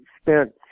spent